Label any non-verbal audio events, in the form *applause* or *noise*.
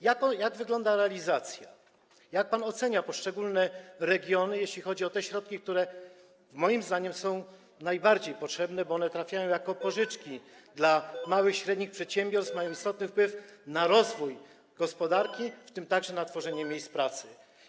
Jak wygląda realizacja, jak pan ocenia poszczególne regiony, jeśli chodzi o te środki, które moim zdaniem są najbardziej potrzebne, bo one trafiają jako pożyczki *noise* do małych i średnich przedsiębiorstw, mają istotny wpływ na rozwój gospodarki, w tym także na tworzenie miejsc pracy.